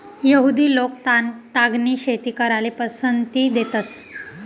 यहुदि लोक तागनी शेती कराले पसंती देतंस